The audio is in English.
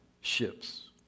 ships